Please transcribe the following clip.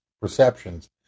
perceptions